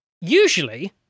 Usually